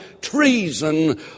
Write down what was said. treason